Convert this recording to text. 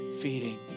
feeding